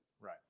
Right